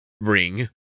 ring